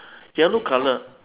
yellow colour